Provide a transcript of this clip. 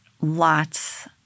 lots